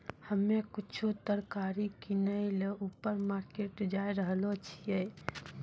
हम्मे कुछु तरकारी किनै ल ऊपर मार्केट जाय रहलो छियै